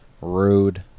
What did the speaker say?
rude